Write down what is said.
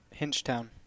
Hinchtown